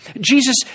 Jesus